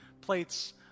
plates